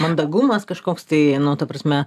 mandagumas kažkoks tai nu ta prasme